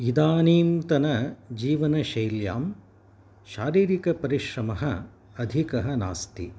इदानींतनजीवनशैल्यां शारीरिकपरिश्रमः अधिकः नास्ति